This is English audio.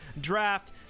draft